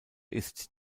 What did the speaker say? ist